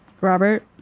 Robert